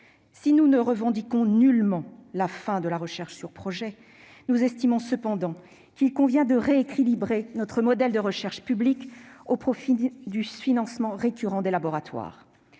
Si nous ne revendiquons nullement la fin de la recherche sur projets, nous estimons, en revanche, qu'il convient de rééquilibrer notre modèle de recherche publique au profit du financement récurrent des laboratoires.